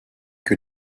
que